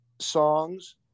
songs